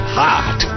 hot